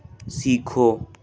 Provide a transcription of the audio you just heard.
सीखो